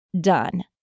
done